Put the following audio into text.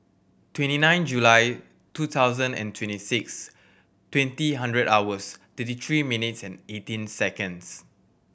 twenty nine July two thousand and twenty six twenty hundred hours thirty three minutes and eighteen seconds